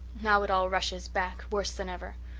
now it all rushes back, worse than ever.